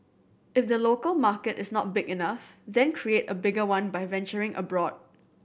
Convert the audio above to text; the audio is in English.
if the local market is not big enough then create a bigger one by venturing abroad